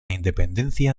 independencia